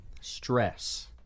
stress